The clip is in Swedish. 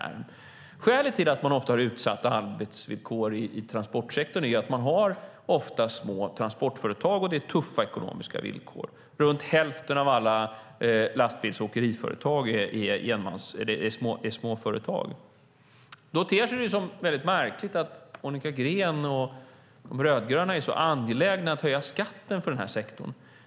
Skälet till att man ofta har utsatta arbetsvillkor i transportsektorn är att man ofta har små transportföretag, och det är tuffa ekonomiska villkor. Runt hälften av alla lastbils och åkeriföretag är småföretag. Då ter det sig väldigt märkligt att Monica Green och de rödgröna är så angelägna att höja skatten för denna sektor.